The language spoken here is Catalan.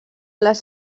les